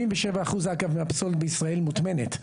77% מהפסולת בישראל מוטמנת,